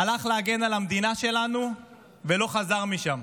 הלך להגן על המדינה שלנו ולא חזר משם.